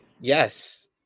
Yes